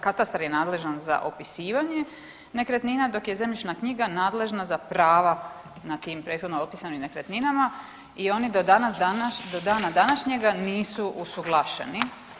Katastar je nadležan za opisivanje nekretnina, dok je zemljišna knjiga nadležna za prava na tim prethodno opisanim nekretninama i oni do dana današnjega nisu usuglašeni.